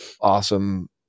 awesome